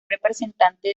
representante